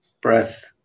breath